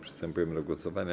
Przystępujemy do głosowania.